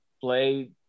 play –